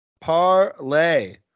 Parlay